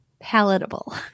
palatable